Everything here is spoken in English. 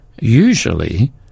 Usually